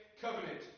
covenant